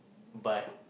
but